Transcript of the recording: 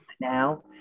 now